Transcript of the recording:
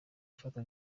ifatwa